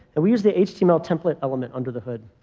and we use the html template element under the hood.